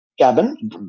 cabin